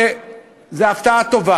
שזה הפתעה טובה,